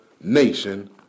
nation